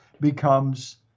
becomes